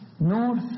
North